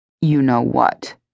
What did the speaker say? you-know-what